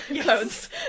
Clothes